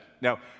Now